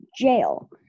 jail